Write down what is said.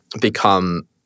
become